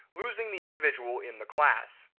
losing the individual in the class.